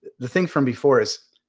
the thing from before is,